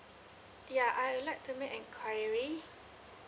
ya I would like to make enquiry